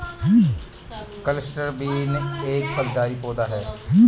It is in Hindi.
क्लस्टर बीन एक फलीदार पौधा है